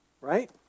right